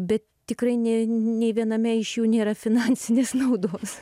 bet tikrai ne nei viename iš jų nėra finansinės naudos